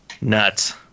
nuts